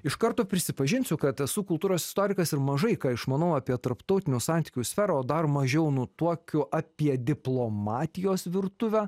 iš karto prisipažinsiu kad esu kultūros istorikas ir mažai ką išmanau apie tarptautinių santykių sferą o dar mažiau nutuokiu apie diplomatijos virtuvę